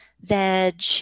veg